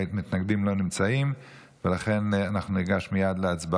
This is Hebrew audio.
התשפ"ב 2021, נתקבלה.